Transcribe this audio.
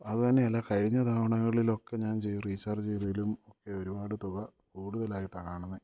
അതു തന്നെയല്ല കഴിഞ്ഞ തവണകളിലൊക്കെ ഞാൻ ചെയ്ത റീച്ചാർജ് ചെയ്തതിലും ഒക്കെ ഒരുപാട് തുക കൂടുതലായിട്ടാണ് കാണുന്നത്